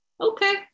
okay